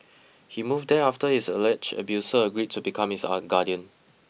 he moved there after his alleged abuser agreed to become his guardian